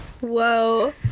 Whoa